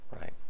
right